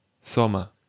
Soma